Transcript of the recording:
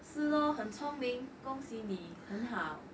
是 lor 很聪明恭喜你很好